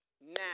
now